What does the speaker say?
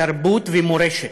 תרבות ומורשת,